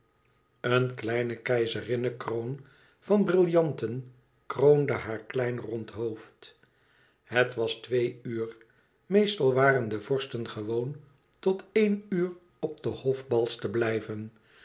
een kleine keizerinnekroon van brillanten kroonde haar klein rond hoofd het was twee uur meestal waren de vorsten gewoon tot éen uur op de hofbals te blijven